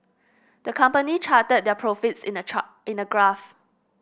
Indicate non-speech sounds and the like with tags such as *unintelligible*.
the company charted their profits in a *unintelligible* in a graph